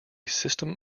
system